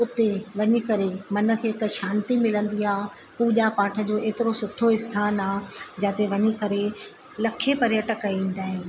उते वञी करे मन खे त शांती मिलंदी आहे पूजा पाठ जो एतिरो सुठो स्थान आहे जिते वञी करे लखे पर्यटक ईंदा आहिनि